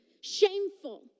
Shameful